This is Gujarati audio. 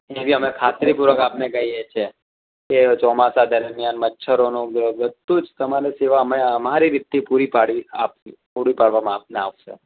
એવી અમે તમને ખાતરીપૂર્વક આપને કહીએ છે કે ચોમાસા દરમિયાન મચ્છરોનો બધું જ તમારે સેવા અમે અમારી રીતથી પૂરી પાડી આપ પૂરી પાડીને આપને આપવામાં આવશે